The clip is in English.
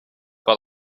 but